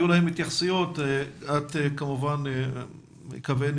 יהיו להם התייחסויות ואני מקווה שאת